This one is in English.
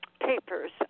papers